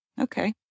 Okay